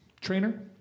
trainer